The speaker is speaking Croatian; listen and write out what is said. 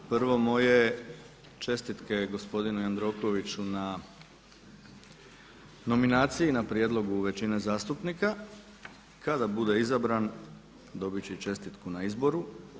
Prvo moje čestitke gospodinu Jandrokoviću na nominaciji na prijedlogu većine zastupnika, kada bude izabran dobit će čestitku i na izboru.